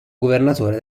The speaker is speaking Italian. governatore